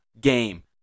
game